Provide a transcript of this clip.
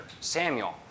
Samuel